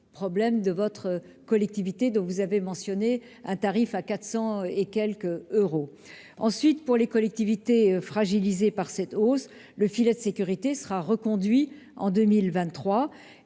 problème de la collectivité que vous avez mentionnée, dont le tarif s'élevait à 400 euros. Ensuite, pour les collectivités fragilisées par cette hausse, le filet de sécurité sera reconduit en 2023.